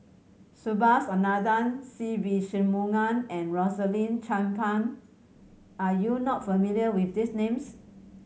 Subhas Anandan Se Ve Shanmugam and Rosaline Chan Pang are you not familiar with these names